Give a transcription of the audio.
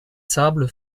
sables